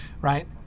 Right